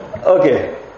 Okay